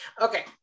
Okay